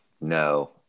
No